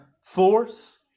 force